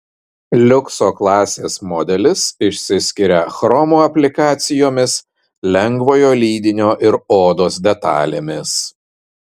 liukso klasės modelis išsiskiria chromo aplikacijomis lengvojo lydinio ir odos detalėmis